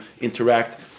interact